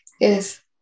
yes